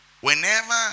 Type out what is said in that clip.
Whenever